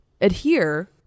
adhere